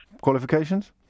Qualifications